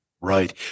Right